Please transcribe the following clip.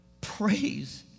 Praise